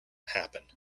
happen